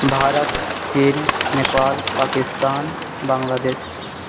भारत चीन नेपाल पाकिस्तान बाङ्गला देश